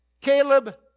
Caleb